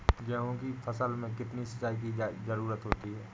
गेहूँ की फसल में कितनी सिंचाई की जरूरत होती है?